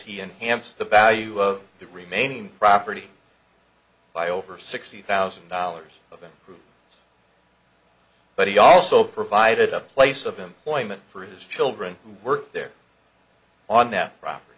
he enhanced the value of the remaining property by over sixty thousand dollars of that group but he also provided a place of employment for his children were there on that property